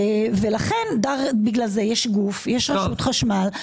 בגלל זה יש רשות חשמל,